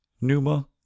Numa